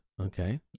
Okay